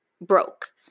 broke